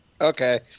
Okay